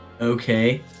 Okay